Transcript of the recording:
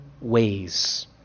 ways